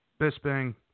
Bisping